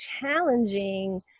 challenging